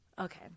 okay